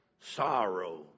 sorrow